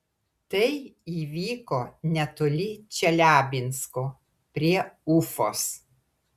tai įvyko netoli čeliabinsko prie ufos